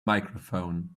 microphone